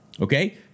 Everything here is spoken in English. Okay